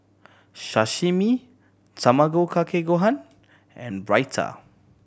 Sashimi Tamago Kake Gohan and Raita